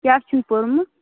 کیٛاہ چھُن پوٚرمُت